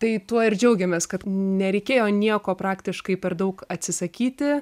tai tuo ir džiaugiamės kad nereikėjo nieko praktiškai per daug atsisakyti